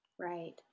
Right